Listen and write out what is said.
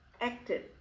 active